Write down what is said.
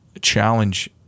challenge